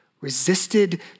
resisted